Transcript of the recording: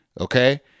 Okay